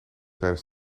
tijdens